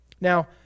Now